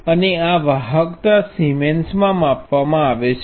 અને આ વાહકતા સિમેન્સમાં માપવામાં આવે છે